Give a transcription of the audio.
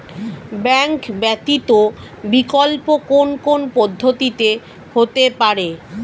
Bank ব্যতীত বিকল্প কোন কোন পদ্ধতিতে হতে পারে?